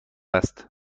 است